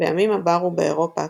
בימים עברו באירופה,